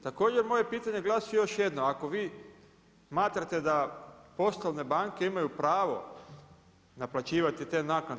Također moje pitanje glasi još jedno, ako vi smatrate da poslovne banke imaju pravo naplaćivati te naknade.